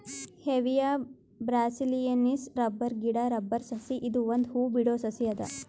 Hevea ಬ್ರಾಸಿಲಿಯೆನ್ಸಿಸ್ rubber ಗಿಡಾ rubber ಸಸಿ ಇದು ಒಂದ್ ಹೂ ಬಿಡೋ ಸಸಿ ಅದ